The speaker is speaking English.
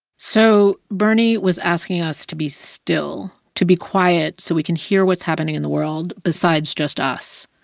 so bernie was asking us to be still, to be quiet, so we can hear what's happening in the world besides just us.